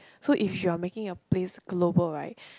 so if you're making a place global right